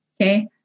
Okay